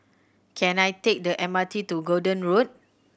can I take the M R T to Gordon Road